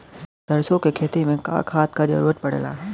सरसो के खेती में का खाद क जरूरत पड़ेला?